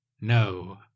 no